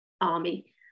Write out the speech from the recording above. army